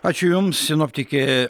ačiū jums sinoptikė